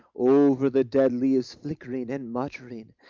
over the dead leaves flickering and muttering.